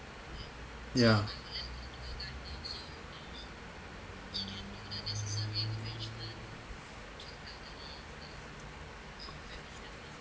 ya